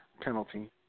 penalty